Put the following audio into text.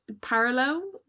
parallel